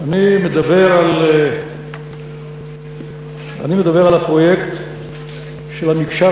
אני מודיע שאני אקבל את זה בשמחה